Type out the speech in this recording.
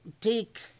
take